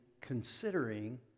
considering